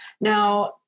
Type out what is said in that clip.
Now